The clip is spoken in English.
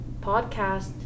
podcast